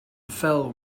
fell